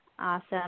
Awesome